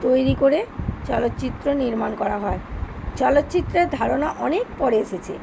তৈরি করে চলচ্চিত্র নির্মাণ করা হয় চলচ্চিত্রের ধারণা অনেক পরে এসেছে